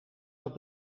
dat